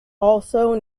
also